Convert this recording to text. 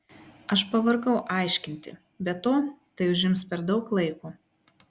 aš pavargau aiškinti be to tai užims per daug laiko